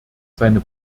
seine